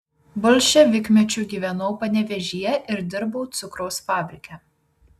bolševikmečiu gyvenau panevėžyje ir dirbau cukraus fabrike